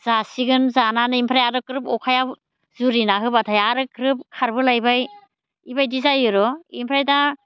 जासिगोन जानानै ओमफ्राय आरो ग्रोब अखाया जुरिना होबाथाय आरो ग्रोब खारबोलायबाय बेबायदि जायोर' बेनिफ्राय दा